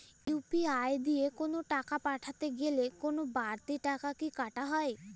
UPI দিয়ে কোন টাকা পাঠাতে গেলে কোন বারতি টাকা কি কাটা হয়?